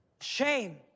Shame